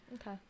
Okay